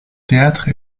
théâtres